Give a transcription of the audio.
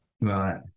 Right